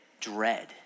dread